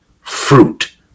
fruit